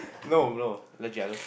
no no legit I don't